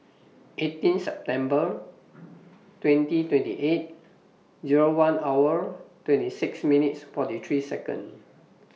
eighteen September twenty twenty eight Zero one hour twenty six minutes forty three Second